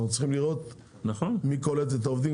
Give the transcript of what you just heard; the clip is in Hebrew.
אנחנו צריכים לראות מי קולט את העובדים.